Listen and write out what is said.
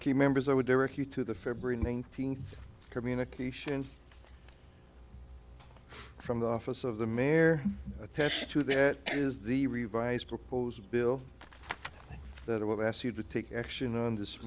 key members i would direct you to the february nineteenth communication from the office of the mayor attached to that is the revised proposed bill that i will ask you to take action on this